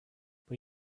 but